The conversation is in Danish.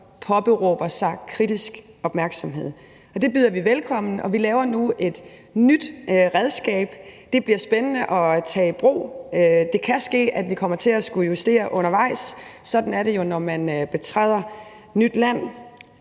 påberåber sig kritisk opmærksomhed. Det byder vi velkommen, og vi laver nu et nyt redskab. Det bliver spændende at tage i brug. Det kan ske, at vi kommer til at skulle justere undervejs. Sådan er det jo, når man betræder nyt land.